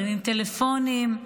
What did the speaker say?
מרימים טלפונים,